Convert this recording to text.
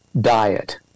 diet